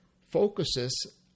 focuses